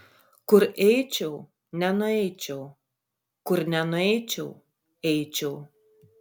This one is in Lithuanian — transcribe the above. kur eičiau nenueičiau kur nenueičiau eičiau